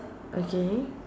okay